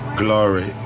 glory